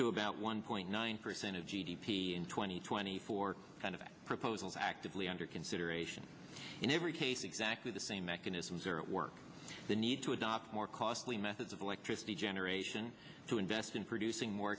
to about one point nine percent of g d p in two thousand and twenty four kind of proposals actively under consideration in every case exactly the same mechanisms are at work the need to adopt more costly methods of electricity generation to invest in producing more